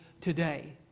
today